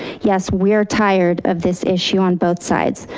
yes we are tired of this issue on both sides,